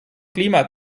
klima